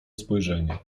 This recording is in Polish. spojrzenie